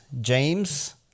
James